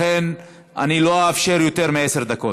לכן אני לא אפשר יותר מעשר דקות.